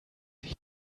sich